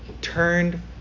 turned